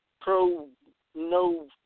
pro-no